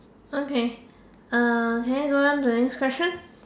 okay uh can we go on to the next question